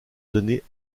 données